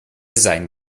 sein